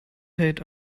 hate